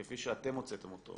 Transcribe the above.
כפי שאתם הוצאתם אותו,